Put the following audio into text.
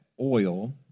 oil